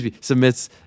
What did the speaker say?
submits